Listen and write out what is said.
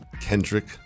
Kendrick